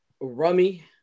Rummy